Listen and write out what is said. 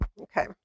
Okay